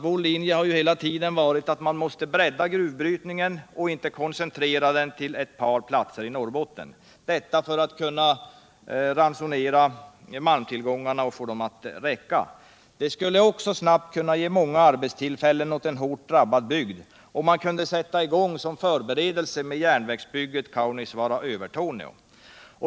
Vår linje har hela tiden varit att man måste bredda gruvbrytningen och inte koncentrera den till ett par platser i Norrbotten — detta för att ransonera malmtillgångarna och få dem att räcka. Det skulle snabbt kunna ge många nya arbetstillfällen åt en hårt drabbad bygd om man som förberedelse kunde sätta i gång med järnvägsbygget Kaunisvaara-Övertorneå.